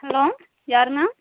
hello யாரும்மா